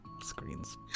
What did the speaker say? screens